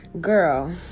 Girl